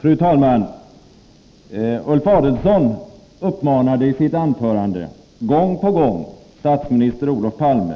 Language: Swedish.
Fru talman! Ulf Adelsohn uppmanade i sitt anförande gång på gång statsminister Olof Palme